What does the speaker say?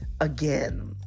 again